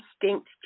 distinct